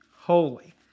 holy